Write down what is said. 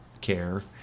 care